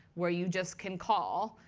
where you just can call.